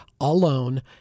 alone